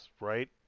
right